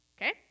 Okay